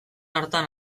hartan